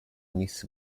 miss